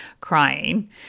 crying